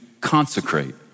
consecrate